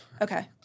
Okay